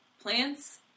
plants